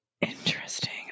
Interesting